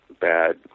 bad